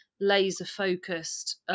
laser-focused